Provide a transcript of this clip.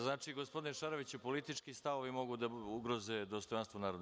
Znači, gospodine Šaroviću, politički stavovi mogu da ugroze dostojanstvo Narodne